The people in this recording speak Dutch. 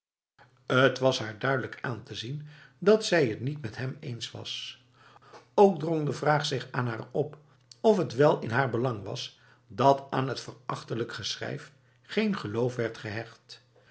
t was haar duidelijk aan te zien dat zij het niet met hem eens was ook drong de vraag zich aan haar op of het wel in haar belang was dat aan het verachtelijk geschrijf geen geloof werd gehecht